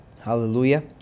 Hallelujah